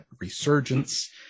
Resurgence